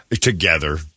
Together